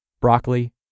broccoli